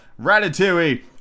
Ratatouille